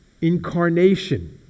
Incarnation